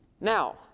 Now